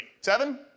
Seven